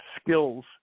skills